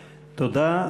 תודה.